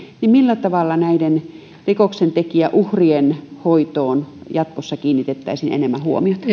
millä tavalla näiden rikoksentekijäuhrien hoitoon jatkossa kiinnitettäisiin enemmän huomiota